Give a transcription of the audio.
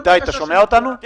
אין לכם טלפונים?